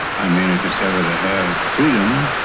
i mean if it's ever to have freedom,